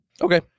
Okay